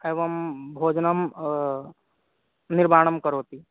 एवं भोजनं निर्माणं करोमि